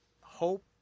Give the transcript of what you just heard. hope